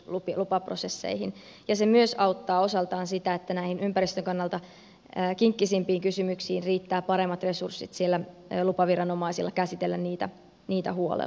se myös auttaa osaltaan sitä että näihin ympäristön kannalta kinkkisimpiin kysymyksiin riittää paremmat resurssit siellä lupaviranomaisilla käsitellä niitä huolella